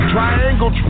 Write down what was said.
Triangle